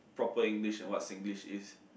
proper English and what Singlish is